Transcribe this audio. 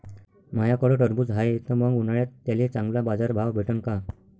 माह्याकडं टरबूज हाये त मंग उन्हाळ्यात त्याले चांगला बाजार भाव भेटन का?